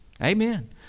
Amen